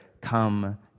come